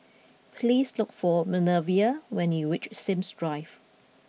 please look for Minervia when you reach Sims Drive